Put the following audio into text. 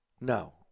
No